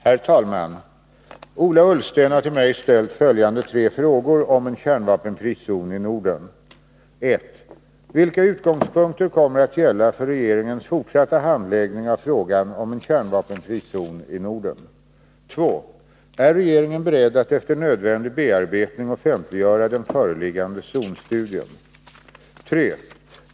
Herr talman! Ola Ullsten har till mig ställt följande tre frågor om en kärnvapenfri zon i Norden: 1. Vilka utgångspunkter kommer att gälla för regeringens fortsatta handläggning av frågan om en kärnvapenfri zon i Norden? 2. Är regeringen beredd att efter nödvändig bearbetning offentliggöra den föreliggande zonstudien? 3.